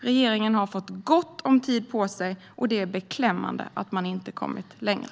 Regeringen har fått gott om tid på sig, och det är beklämmande att man inte kommit längre.